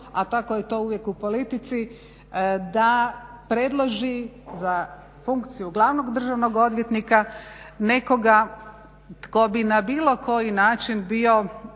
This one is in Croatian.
a tako je to uvijek u politici da predloži za funkciju glavnog državnog odvjetnika nekoga tko bi na bilo koji način bio,